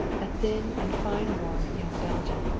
a thin and fine-worn young belgian,